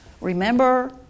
Remember